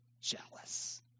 jealous